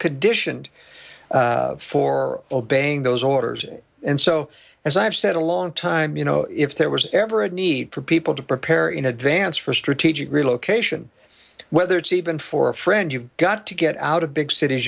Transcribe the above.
conditioned for obeying those orders and so as i've said a long time you know if there was ever a need for people to prepare in advance for strategic relocation whether it's even for a friend you've got to get out of big cities